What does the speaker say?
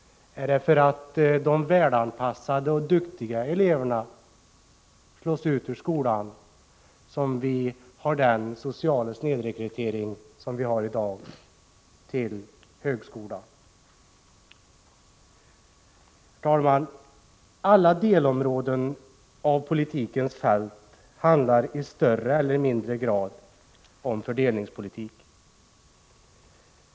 Är det för att de välanpassade och duktiga eleverna slås ut ur skolan som vi har den sociala snedrekrytering till högskolan som vi har i dag? Herr talman! Alla delområden av politikens fält handlar i större eller mindre grad om fördelningspolitik.